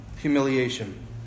humiliation